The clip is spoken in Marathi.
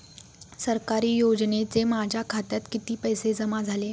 सरकारी योजनेचे माझ्या खात्यात किती पैसे जमा झाले?